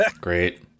Great